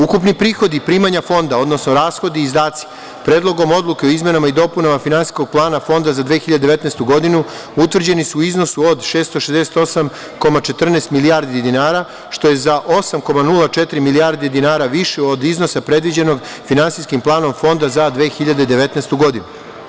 Ukupni prihodi i primanja Fonda, odnosno rashodi i izdaci Predlogom odluke o izmenama i dopunama Finansijskog plana Fonda za 2019. godinu utvrđeni su u iznosu od 668,14 milijardi dinara, što je za 8,04 milijardi dinara više od iznosa predviđenog Finansijskim planom Fonda za 2019. godinu.